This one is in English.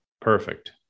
Perfect